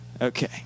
Okay